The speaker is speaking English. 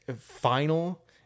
final